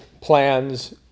plans